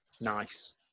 nice